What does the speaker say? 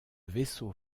vaisseau